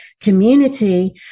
community